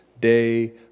day